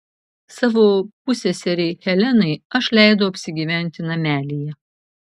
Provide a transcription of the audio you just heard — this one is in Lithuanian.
savo pusseserei helenai aš leidau apsigyventi namelyje